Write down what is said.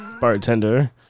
bartender